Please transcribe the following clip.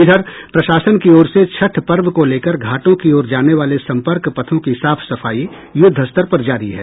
इधर प्रशासन की ओर से छठ पर्व को लेकर घाटों की ओर जाने वाले संपर्क पथों की साफ सफाई युद्धस्तर पर जारी है